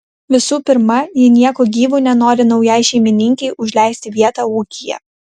visų pirma ji nieku gyvu nenori naujai šeimininkei užleisti vietą ūkyje